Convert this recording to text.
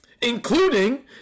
Including